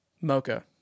mocha